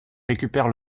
récupère